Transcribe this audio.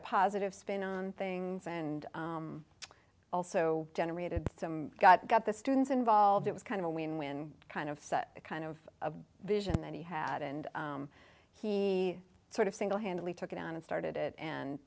a positive spin on things and also generated some got got the students involved it was kind of a win win kind of a kind of a vision that he had and he sort of singlehandedly took it on and started it and